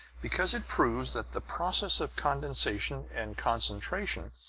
because it proves that the process of condensation and concentration,